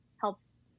helps